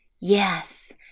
Yes